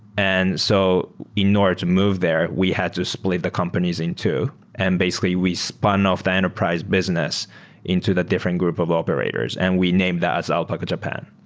and so in order to move there, we had to split the companies in two and basically we spun off the enterprise business into the different group of operators and we named that as alpaca japan.